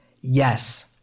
Yes